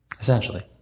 Essentially